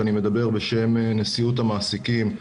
ואני מדבר בשם נשיאות המעסיקים,